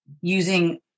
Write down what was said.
using